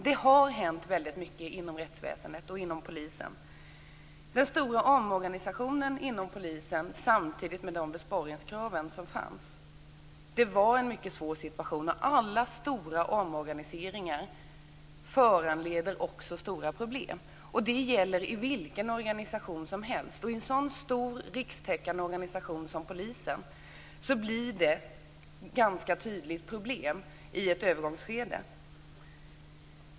Det har hänt mycket inom rättsväsendet och polisväsendet. Den stora omorganisationen inom polisen och besparingskraven ledde till en mycket svår situation. Alla stora omorganiseringar föranleder stora problem. Det gäller i vilken organisation som helst. I en så stor och rikstäckande organisation som polisen uppstår tydliga problem i ett övergångsskede.